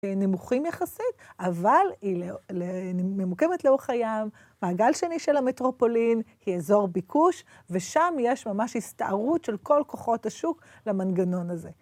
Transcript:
נמוכים יחסית, אבל היא ממוקמת לאורך הים, מעגל שני של המטרופולין, היא אזור ביקוש, ושם יש ממש הסתערות של כל כוחות השוק למנגנון הזה.